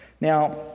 Now